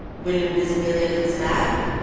when invisibilia comes back,